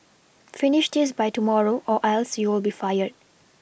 finish this by tomorrow or else you'll be fired